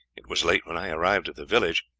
it was late when i arrived at the village.